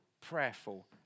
prayerful